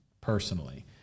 personally